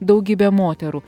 daugybė moterų